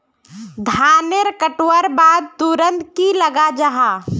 धानेर कटवार बाद तुरंत की लगा जाहा जाहा?